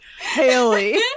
Haley